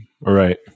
Right